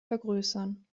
vergrößern